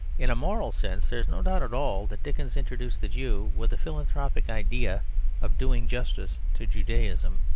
in a moral sense there is no doubt at all that dickens introduced the jew with a philanthropic idea of doing justice to judaism,